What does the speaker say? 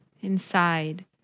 inside